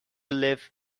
live